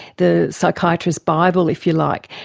the psychiatrists' bible, if you like.